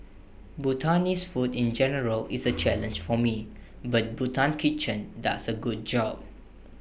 Bhutanese food in general is A challenge for me but Bhutan kitchen does A good job